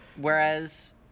Whereas